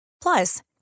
Plus